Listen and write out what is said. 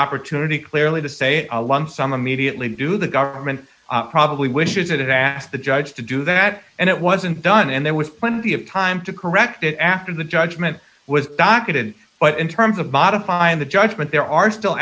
opportunity clearly to say a lump sum immediately do the government probably wishes it had asked the judge to do that and it wasn't done and there was plenty of time to correct it after the judgment was docketed but in terms of modifying the judgment there are still